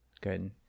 Good